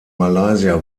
malaysia